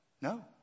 No